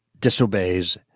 disobeys